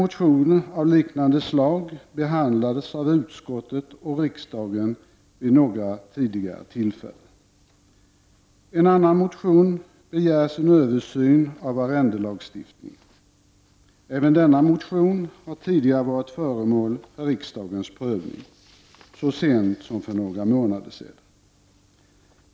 Motioner av liknande slag har behandlats av utskottet och riksdagen vid några tidigare tillfällen. I en annan motion begärs en översyn av arrendelagstiftningen. Även i denna fråga har en motion tidigare varit föremål för riksdagens prövning, så sent som för några månader sedan.